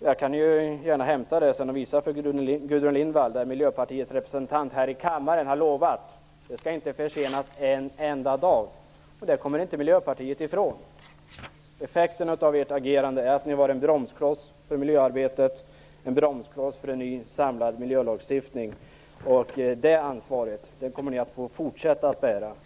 jag kan hämta det sedan och visa för Gudrun Lindvall att Miljöpartiets representant här i kammaren har lovat att det inte skall försenas en enda dag. Det kommer inte Miljöpartiet ifrån. Effekten av ert agerande är att ni har varit en bromskloss för miljöarbetet och en bromskloss för en ny och samlad miljölagstiftning. Det ansvaret kommer ni att få fortsätta att bära.